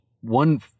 one